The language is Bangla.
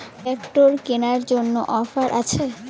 ট্রাক্টর কেনার জন্য অফার আছে?